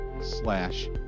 slash